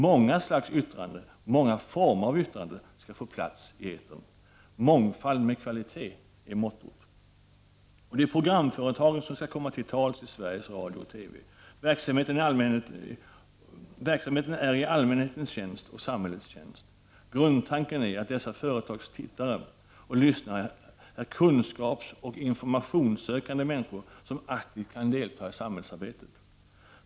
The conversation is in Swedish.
Många slags yttranden, många former av yttranden skall få plats i etern. Mångfald med kvalitet är mottot. Det är programföretaget som skall komma till tals i Sveriges Radio och TV. Verksamheten är i allmänhetens och samhällets tjänst. Grundtanken är att dessa företags tittare och lyssnare är kunskapsoch informationssökande människor som aktivt kan delta i samhällsarbetet.